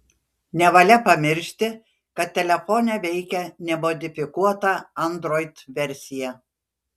nevalia pamiršti kad telefone veikia nemodifikuota android versija